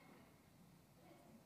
איננה